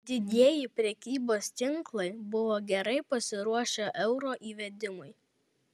didieji prekybos tinklai buvo gerai pasiruošę euro įvedimui